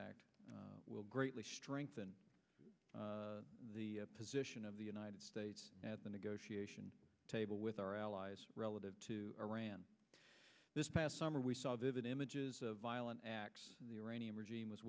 act will greatly strengthened the position of the united states at the negotiation table with our allies relative to iran this past summer we saw that images of violent acts of the iranian regime was